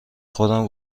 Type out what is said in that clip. خودم